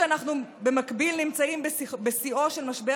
כשאנחנו במקביל נמצאים בשיאו של משבר